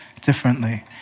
differently